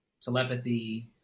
telepathy